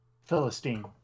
Philistine